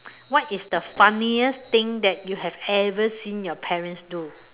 what is the funniest thing that you have ever seen your parents do